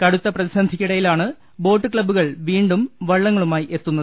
കടുത്ത പ്രതിസന്ധിയ്ക്കിട യിലാണ് ബോട്ടുക്സബ്ബുകൾ വീണ്ടും വള്ളങ്ങളുമായി എത്തുന്നത്